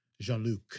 Jean-Luc